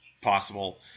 possible